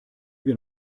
wir